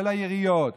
של העיריות,